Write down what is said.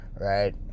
right